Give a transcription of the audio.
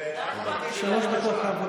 שלוש דקות.